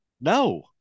No